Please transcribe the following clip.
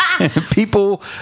People